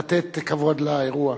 לתת כבוד לאירוע.